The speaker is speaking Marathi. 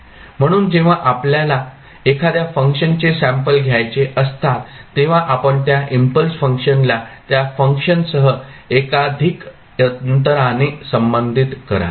म्हणून जेव्हा आपल्याला एखाद्या फंक्शनचे सॅम्पल घ्यायचे असतात तेव्हा आपण त्या इम्पल्स फंक्शनला त्या फंक्शनसह एकाधिक अंतराने संबंधित कराल